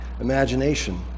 imagination